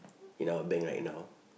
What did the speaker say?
in our bank right now